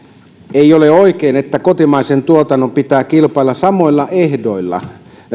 ei ole oikein että kotimaisen tuotannon pitää kilpailla samoilla ehdoilla